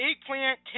eggplant